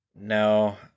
no